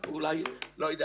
לפחות לאימא החולה לתקופת